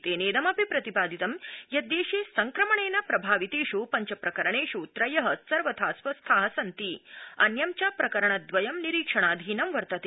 तेनेदमपि प्रतिपादितं यत् देशे संक्रमणेन प्रभावितेष् पञ्च प्रकरणेष् त्रय सर्वथा स्वस्था सन्ति अन्यं च प्रकरणद्वयं निरीक्षणाधीनं वर्तते